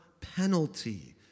penalty